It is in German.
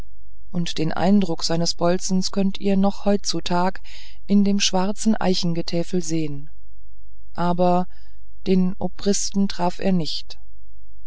und den eindruck seines bolzens könnt ihr noch heutzutage in dem schwarzen eichengetäfel sehen aber den obristen traf er nicht